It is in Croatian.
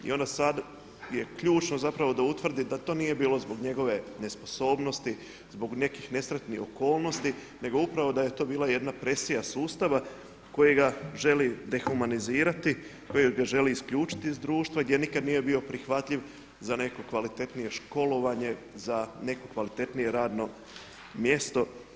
I onda sad je ključno zapravo da utvrdi da to nije bilo zbog njegove nesposobnosti, zbog nekih nesretnih okolnosti, nego upravo da je to bila jedna presija sustava kojega želi dehumanizirati, kojega želi isključiti iz društva gdje nikada nije bio prihvatljiv za neko kvalitetnije školovanje, za neko kvalitetnije radno mjesto.